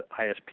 ISP